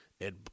Ed